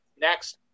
next